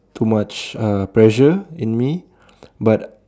too much uh pressure in me but